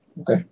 Okay